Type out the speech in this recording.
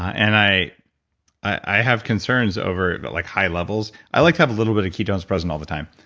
and i i have concerns over but like high levels. i like to have a little bit of ketones present all the time.